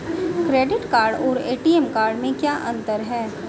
Credit card और ATM card में क्या अंतर है?